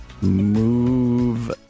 move